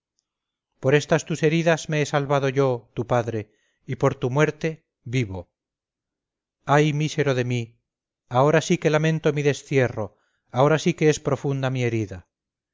por esas tus heridas me he salvado yo tu padre y por tu muerte vivo ay mísero de mí ahora sí que lamento mi destierro ahora sí que es profunda mi herida